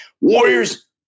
warriors